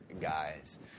guys